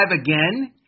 again